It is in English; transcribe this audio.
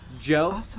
Joe